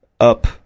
up